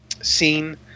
scene